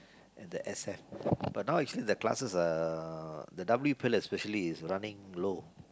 and the S F but now actually the classes uh the W_P especially is running low